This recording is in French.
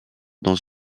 dans